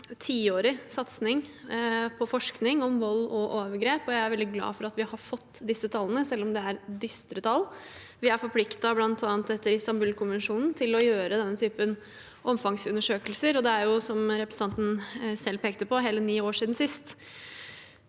del av en tiårig satsing på forskning om vold og overgrep. Jeg er veldig glad for at vi har fått disse tallene, selv om det er dystre tall. Vi er forpliktet bl.a. etter Istanbul-konvensjonen til å gjøre denne typen omfangsundersøkelser, og det er, som representanten selv pekte på, hele ni år siden sist.